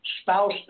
Spouse